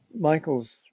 Michael's